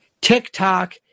tiktok